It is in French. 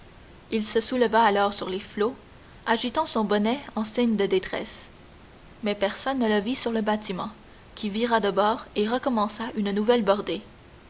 il se souleva alors sur les flots agitant son bonnet en signe de détresse mais personne ne le vit sur le bâtiment qui vira le bord et recommença une nouvelle bordée